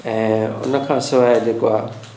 ऐं उनखां सवाइ जेको आहे